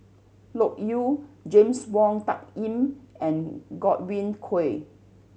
Loke Yew James Wong Tuck Yim and Godwin Koay